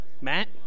Matt